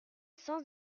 sens